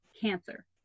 cancer